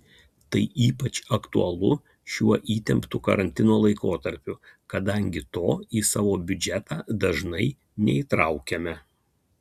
tai ypač aktualu šiuo įtemptu karantino laikotarpiu kadangi to į savo biudžetą dažnai neįtraukiame